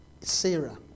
Sarah